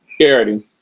Charity